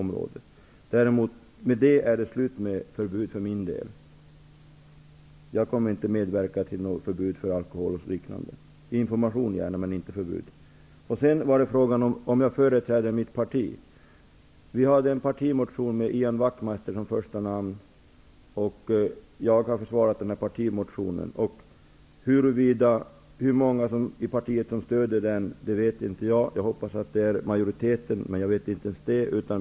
Med detta är det slut med förbud för min del. Jag kommer inte att medverka till några förbud mot alkohol och liknande -- gärna information men inte förbud. Sten Svensson frågade om jag företräder mitt parti. Vi har i denna fråga en partimotion med Ian Wachtmeister som första namn. Jag försvarar den partimotionen. Hur många som i partiet stöder den vet jag inte. Jag hoppas att det är en majoritet, men jag vet inte ens det.